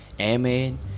Amen